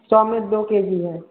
सौ में दो के जी है